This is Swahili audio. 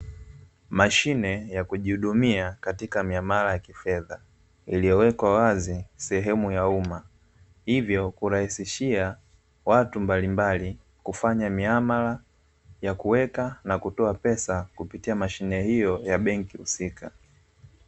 Mashine ya kujihudumia katika miamala ya kifedha, iliyowekwa wazi sehemu ya umma, hivyo kurahisishia watu mbalimbali kufanya miamala ya kuweka na kutoa pesa kupitia mashine hiyo ya benki husika.